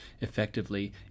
effectively